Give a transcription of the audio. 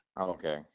Okay